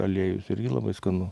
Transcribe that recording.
aliejus irgi labai skanu